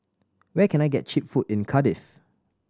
where can I get cheap food in Cardiff